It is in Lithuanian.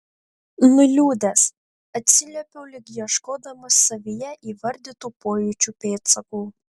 nuliūdęs atsiliepiau lyg ieškodamas savyje įvardytų pojūčių pėdsakų